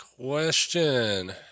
question